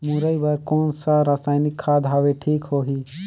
मुरई बार कोन सा रसायनिक खाद हवे ठीक होही?